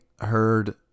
heard